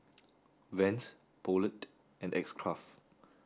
Vans Poulet and X Craft